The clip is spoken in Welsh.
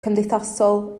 cymdeithasol